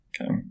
okay